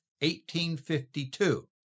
1852